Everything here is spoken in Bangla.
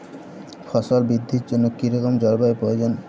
ফসল বৃদ্ধির জন্য কী রকম জলবায়ু প্রয়োজন?